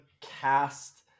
cast